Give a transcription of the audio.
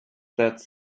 said